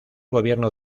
gobierno